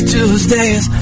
Tuesdays